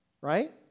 Right